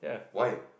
why